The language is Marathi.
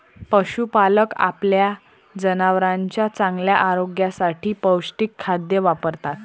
पशुपालक आपल्या जनावरांच्या चांगल्या आरोग्यासाठी पौष्टिक खाद्य वापरतात